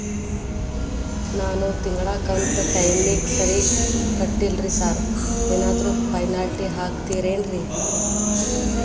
ನಾನು ತಿಂಗ್ಳ ಕಂತ್ ಟೈಮಿಗ್ ಸರಿಗೆ ಕಟ್ಟಿಲ್ರಿ ಸಾರ್ ಏನಾದ್ರು ಪೆನಾಲ್ಟಿ ಹಾಕ್ತಿರೆನ್ರಿ?